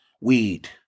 weed